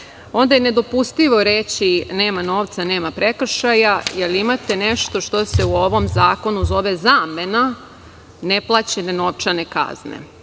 onda je nedopustivo reći - nema novca, nema prekršaja, jer imate nešto što se u ovom zakonu zove zamena neplaćene novčane kazne.